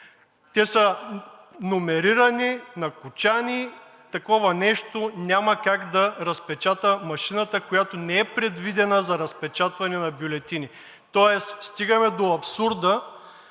Те са номерирани на кочани и такова нещо няма как да разпечата машината, която не е предвидена за разпечатване на бюлетини. Тоест стигаме до абсурда